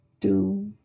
two